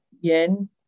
Yen